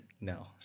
No